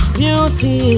beauty